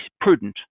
prudent